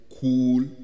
cool